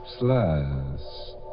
last